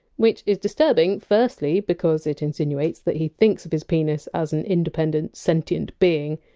which is disturbing firstly because it insinuates that he thinks of his penis as an independent, sentient being,